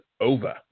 over